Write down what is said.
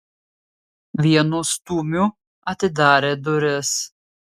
vienu stūmiu atidarė duris